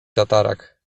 tatarak